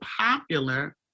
popular